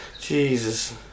Jesus